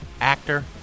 actor